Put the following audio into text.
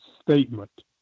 statement